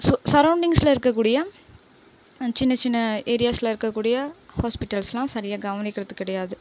so சரௌண்டிங்ஸ்ல இருக்கக்கூடிய அந்த சின்ன சின்ன ஏரியாஸ்ல இருக்கக்கூடிய ஹாஸ்பிடல்ஸ்லாம் சரியாக கவனிக்கிறது கிடையாது